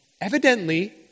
Evidently